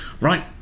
Right